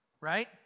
right